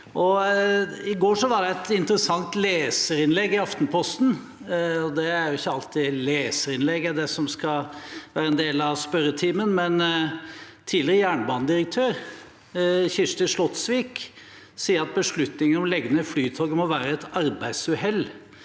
I forgårs var det et interessant leserinnlegg i Aftenposten. Det er ikke alltid leserinnlegg er det som skal være en del av spørretimen, men tidligere jernbanedirektør Kirsti Slotsvik sier at beslutningen om å legge ned Flytoget må være et arbeidsuhell.